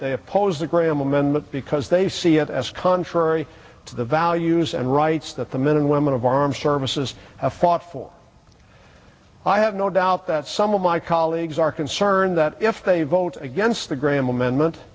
they oppose the graham amendment because they see it as contrary to the values and rights that the men and women of our armed services have fought for i have no doubt that some of my colleagues are concerned that if they vote against the graham amendment